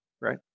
right